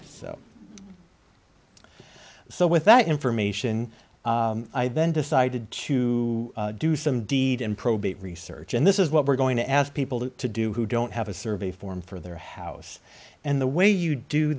so with that information i then decided to do some deed in probate research and this is what we're going to ask people to do who don't have a survey form for their house and the way you do